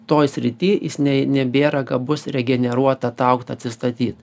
toj srity jis nei nebėra gabus regeneruot ataugt atsistatyt